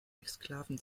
exklaven